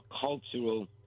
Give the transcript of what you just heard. cultural